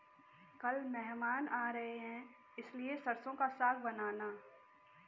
कल मेहमान आ रहे हैं इसलिए सरसों का साग बनाना